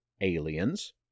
aliens